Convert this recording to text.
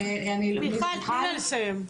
מיכל תני לה לסיים.